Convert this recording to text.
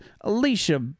Alicia